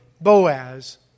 Boaz